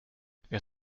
wer